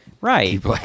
Right